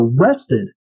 arrested